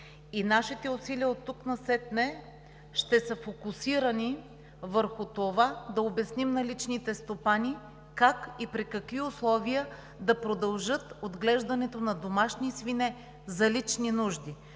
Нашите усилия оттук насетне ще са фокусирани върху това да обясним на личните стопани как и при какви условия да продължат отглеждането на домашни свине за лични нужди.